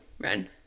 run